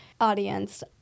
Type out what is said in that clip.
audience